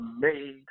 made